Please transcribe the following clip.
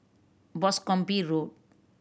Boscombe Road